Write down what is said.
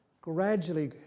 Gradually